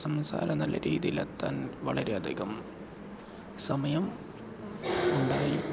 സംസാരം നല്ല രീതിയിൽ എത്താൻ വളരെയധികം സമയം ഉണ്ടായി